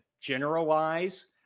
generalize